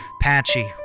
patchy